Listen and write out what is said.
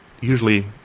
usually